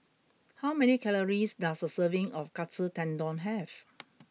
how many calories does a serving of Katsu Tendon have